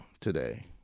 today